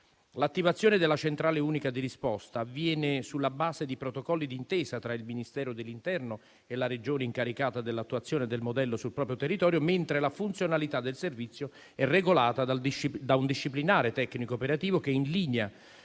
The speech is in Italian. L'attivazione della centrale unica di risposta avviene sulla base di protocolli d'intesa tra il Ministero dell'interno e la Regione incaricata dell'attuazione del modello sul proprio territorio, mentre la funzionalità del servizio è regolata da un disciplinare tecnico-operativo che, in linea